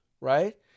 right